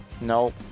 No